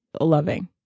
loving